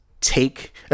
take